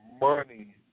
money